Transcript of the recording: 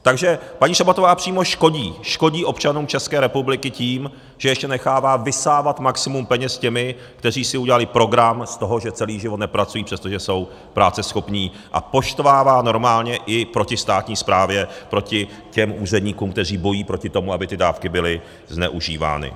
Takže paní Šabatová přímo škodí, škodí občanům České republiky tím, že ještě nechává vysávat maximum peněz těmi, kteří si udělali program z toho, že celý život nepracují, přestože jsou práceschopní, a poštvává i proti státní správě, proti těm úředníkům, kteří bojují proti tomu, aby ty dávky byly zneužívány.